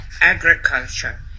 agriculture